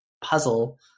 puzzle